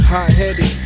Hot-headed